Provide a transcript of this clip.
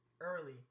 early